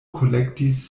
kolektis